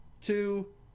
Two